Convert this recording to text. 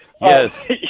Yes